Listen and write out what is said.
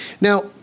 Now